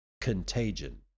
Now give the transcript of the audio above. contagion